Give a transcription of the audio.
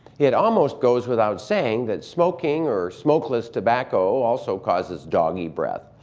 it almost goes without saying that smoking or smokeless tobacco also causes doggy breath.